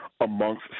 amongst